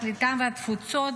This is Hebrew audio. הקליטה והתפוצות,